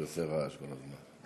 שעושה רעש כל הזמן,